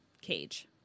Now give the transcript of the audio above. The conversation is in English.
cage